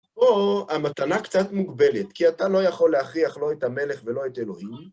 פה המתנה קצת מוגבלת, כי אתה לא יכול להכריח לא את המלך ולא את אלוהים.